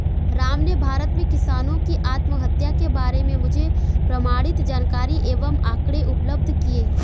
राम ने भारत में किसानों की आत्महत्या के बारे में मुझे प्रमाणित जानकारी एवं आंकड़े उपलब्ध किये